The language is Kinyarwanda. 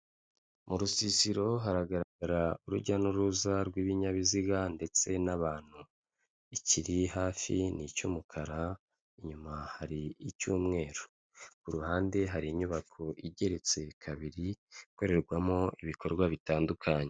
Mu rusisiro hagaragara urujya n'uruza rw'ibinyabiziga ndetse n'abantu, ikiri hafi ni icy'umukara inyuma hari icy'umweru, ku ruhande hari inyubako igeretse kabiri ikorerwamo ibikorwa bitandukanye.